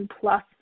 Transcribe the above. plus